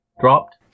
dropped